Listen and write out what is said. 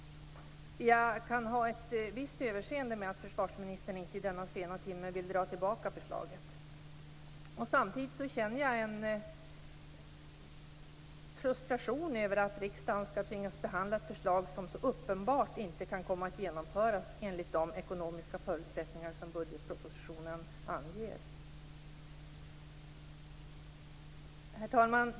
Jag kan ha ett visst överseende med att försvarsministern inte i denna sena timme vill dra tillbaka förslaget. Samtidigt känner jag en frustration över att riksdagen skall tvingas behandla ett förslag som så uppenbart inte kan komma att genomföras enligt de ekonomiska förutsättningar som budgetpropositionen anger. Herr talman!